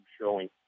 showing